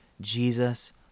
Jesus